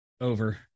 Over